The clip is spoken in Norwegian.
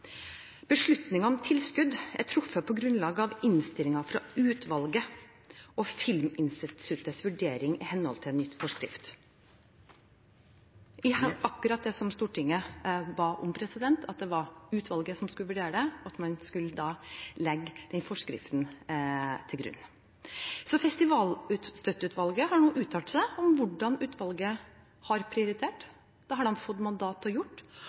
om tilskudd er truffet på grunnlag av innstillingen fra utvalget og Filminstituttets vurdering i henhold til ny forskrift. Det var akkurat dette som Stortinget ba om – at det var utvalget som skulle vurdere det, at man skulle legge den forskriften til grunn. Festivalstøtteutvalget har nå uttalt seg om hvordan utvalget har prioritert. Det har de fått mandat til å gjøre. Blant annet er det gjort